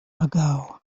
ago